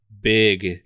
big